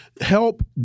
help